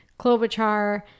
Klobuchar